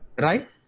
right